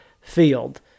field